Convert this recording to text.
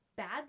Bad